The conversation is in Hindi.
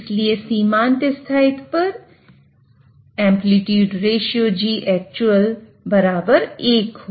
इसलिए सीमांत स्थायित्व पर ARG actual 1 हो